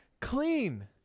clean